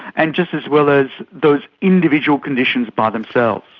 and just as well as those individual conditions by themselves.